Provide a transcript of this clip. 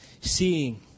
seeing